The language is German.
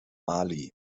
mali